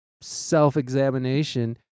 self-examination